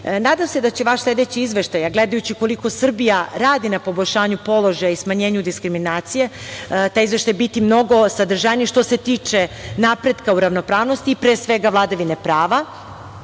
sve. Nadam se da će vaš sledeći izveštaj, a gledajući koliko Srbija radi na poboljšanju položaja i smanjenju diskriminacije, taj izveštaj biti mnogo sadržajniji, što se tiče napretka u ravnopravnosti i pre svega vladavine prava.